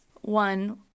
one